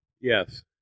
Yes